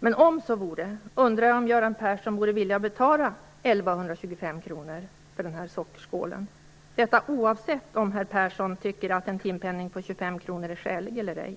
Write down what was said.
Men om så vore undrar jag om Göran Persson vore villig att betala 1 125 kr för den här sockerskålen, detta oavsett om herr Persson tycker att en timpenning på 25 kr är skälig eller ej.